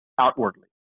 outwardly